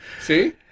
See